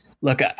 look